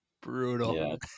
brutal